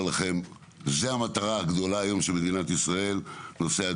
נושא הדיור הוא המטרה הגדולה של מדינת ישראל היום.